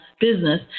business